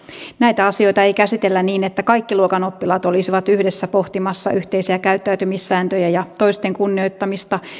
näitä asioita ei käsitellä niin että kaikki luokan oppilaat olisivat yhdessä pohtimassa yhteisiä käyttäytymissääntöjä ja toisten kunnioittamista